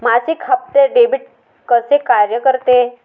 मासिक हप्ते, डेबिट कसे कार्य करते